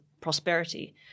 prosperity